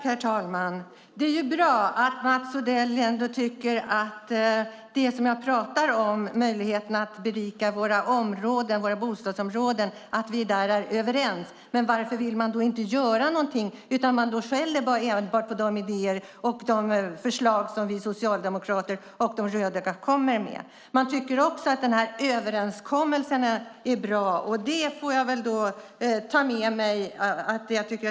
Herr talman! Det är bra att Mats Odell och jag är överens om vikten av att berika våra bostadsområden. Varför vill man då inte göra någonting i stället för att bara skälla på de idéer och förslag som De rödgröna kommer med? Dessutom tycker man att överenskommelsen är bra, och det får jag ta med mig.